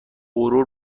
غرور